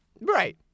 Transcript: Right